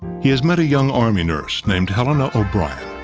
he has met a young army nurse named helena o'brien.